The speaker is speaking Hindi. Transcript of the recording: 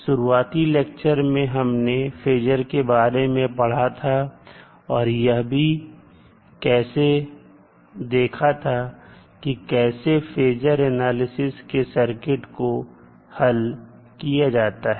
शुरुआती लेक्चर में हमने फेजर के बारे में पढ़ा था और यह भी कैसे देखा था कि कैसे फेजर एनालिसिस से सर्किट को हल किया जाता है